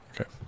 okay